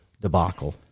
debacle